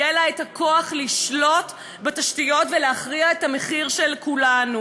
יהיה לה את הכוח לשלוט בתשתיות ולהכריע את המחיר של כולנו.